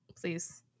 Please